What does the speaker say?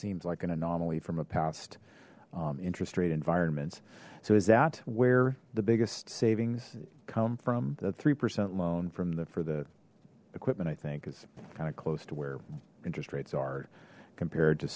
seems like an anomaly from a past interest rate environments so is that where the biggest savings come from the three percent loan from the for the equipment i think is kind of close to where interest rates are compared to